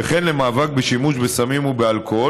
וכן למאבק בשימוש בסמים ובאלכוהול,